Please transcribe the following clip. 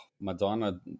Madonna